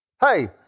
Hey